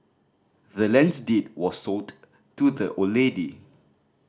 the land's deed was sold to the old lady